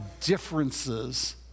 differences